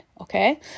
okay